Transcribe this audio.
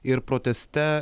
ir proteste